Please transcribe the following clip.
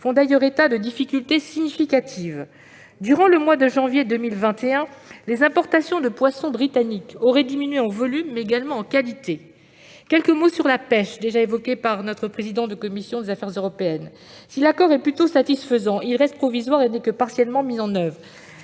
font d'ailleurs état de difficultés significatives. Durant le mois de janvier 2021, les importations de poissons britanniques auraient diminué en volume, mais également en qualité. Si, dans le domaine de la pêche, sujet évoqué par le président de la commission des affaires européennes, l'accord est plutôt satisfaisant, il reste provisoire et n'est que partiellement mis en oeuvre.